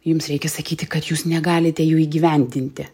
jums reikia sakyti kad jūs negalite jų įgyvendinti